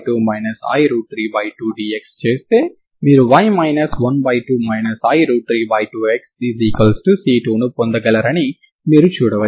xC2ని పొందగలరని మీరు చూడవచ్చు